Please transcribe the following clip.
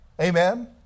Amen